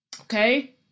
Okay